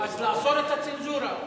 אז לאסור את הצנזורה,